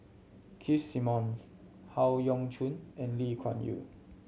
Keith Simmons Howe Yoon Chong and Lee Kuan Yew